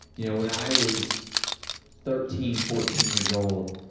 you know when i was thirteen, fourteen years old,